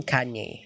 Kanye